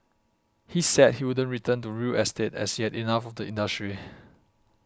he said he wouldn't return to real estate as he had enough of the industry